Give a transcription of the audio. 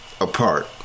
apart